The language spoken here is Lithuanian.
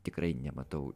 tikrai nematau